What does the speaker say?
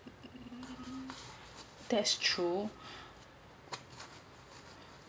that's true